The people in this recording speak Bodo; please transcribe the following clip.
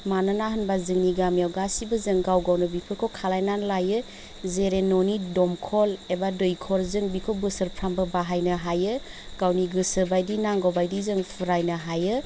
मानोना होनबा जोंनि गामियाव गासिबो जों गाव गावनो बिफोरखौ खालायनानै लायो जेरै न'नि दंखल एबा दैखर जों बेखौ बोसोरफ्रामबो बाहायनो हायो गावनि गोसो बायदि नांगौ बायदि जों फुरायनो हायो